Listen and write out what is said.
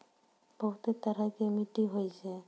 बहुतै तरह के मट्टी होय छै